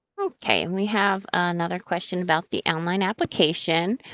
okay, and we have another question about the online application.